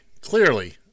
clearly